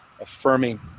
affirming